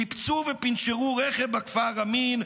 ניפצו ופינצ'רו רכב בכפר ראמין,